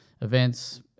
events